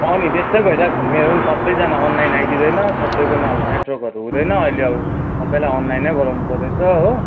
अँ नि त्यस्तै भइरहेको छ नि मेरो नि सबैजना आइदिँदैन सबैकोमा अब नेटवर्कहरू हुँदैन अहिले अब सबैलाई अनलाइन नै गराउनु पर्दैछ हो